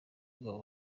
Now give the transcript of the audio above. ubwo